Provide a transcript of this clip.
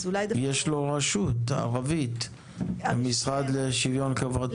אז אולי דווקא --- יש למשרד לשוויון חברתי רשות ערבית.